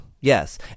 yes